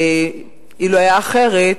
אילו היה אחרת,